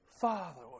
father